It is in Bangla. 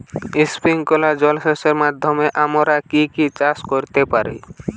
স্প্রিংকলার জলসেচের মাধ্যমে আমরা কি কি চাষ করতে পারি?